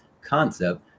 concept